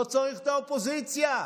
לא צריך את האופוזיציה.